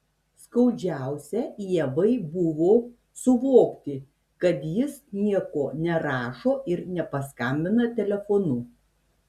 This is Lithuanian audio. skaudžiausia ievai buvo suvokti kad jis nieko nerašo ir nepaskambina telefonu